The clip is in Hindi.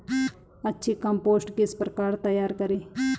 अच्छी कम्पोस्ट किस प्रकार तैयार करें?